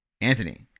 Anthony